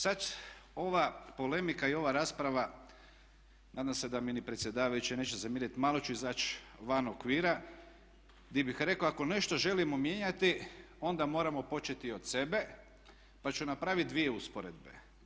Sada ova polemika i ova rasprava, nadam se da mi ni predsjedavajući neće zamjeriti, malo ću izaći van okvira gdje bih rekao ako nešto želimo mijenjati onda moramo početi od sebe pa ću napraviti dvije usporedbe.